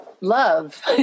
love